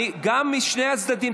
--- משני הצדדים.